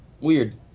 Weird